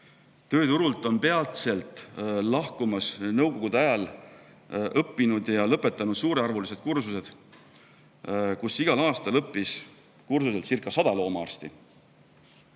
Tööturult on peatselt lahkumas nõukogude ajal õppinud ja lõpetanud suurearvulised kursused – siis õppis igal aastal kursuselcirca100 loomaarsti.